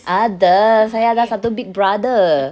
ada saya ada satu big brother